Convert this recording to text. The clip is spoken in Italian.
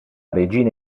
regina